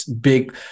big